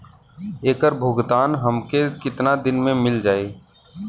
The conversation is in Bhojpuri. ऐकर भुगतान हमके कितना दिन में मील जाई?